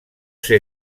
ser